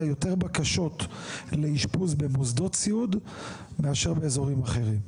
יותר בקשות לאשפוז במוסדות סיעוד מאשר באזורים אחרים?